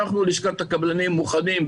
אנחנו בלשכת הקבלנים מוכנים,